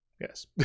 Yes